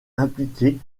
impliqués